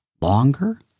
longer